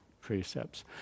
precepts